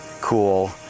cool